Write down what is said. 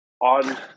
on